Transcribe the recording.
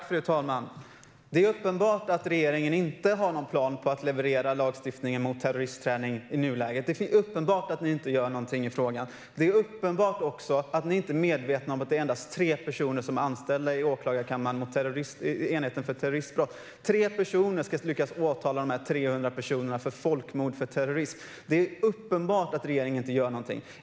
Fru talman! Det är uppenbart att regeringen i nuläget inte har några planer på att leverera lagstiftningen mot terroristträning. Det är uppenbart att ni inte gör någonting i frågan. Det är också uppenbart att ni inte är medvetna om att endast tre personer är anställda på åklagarkammarens enhet för terroristbrott. Tre personer ska lyckas åtala de här 300 personerna för folkmord och terrorism. Det är uppenbart att regeringen inte gör någonting.